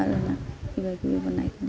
আৰু নাই কিবা কিবি বনাই কিনি